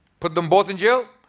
put them both in jail?